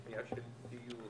קנייה של ציוד